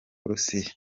burusiya